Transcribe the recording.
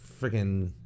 freaking